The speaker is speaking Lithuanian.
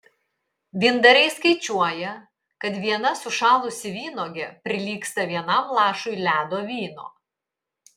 vyndariai skaičiuoja kad viena sušalusi vynuogė prilygsta vienam lašui ledo vyno